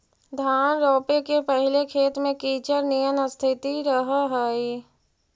धान रोपे के पहिले खेत में कीचड़ निअन स्थिति रहऽ हइ